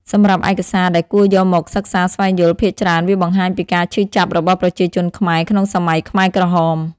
សម្រាប់ឯកសារដែលគួរយកមកសិក្សាស្វែងយល់ ភាគច្រើនវាបង្ហាញពីការឈឺចាប់របស់ប្រជាជនខ្មែរក្នុងសម័យខ្មែរក្រហម។